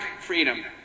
freedom